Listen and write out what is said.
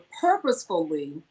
purposefully